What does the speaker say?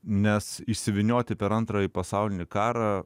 nes išsivynioti per antrąjį pasaulinį karą